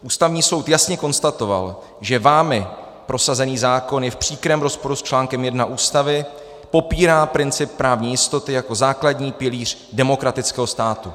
Ústavní soud jasně konstatoval, že vámi prosazený zákon je v příkrém rozporu s článkem 1 Ústavy, popírá princip právní jistoty jako základní pilíř demokratického státu.